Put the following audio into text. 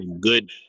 good